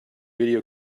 video